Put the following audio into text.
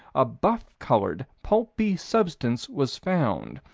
a buff-colored, pulpy substance was found.